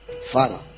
Father